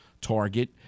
target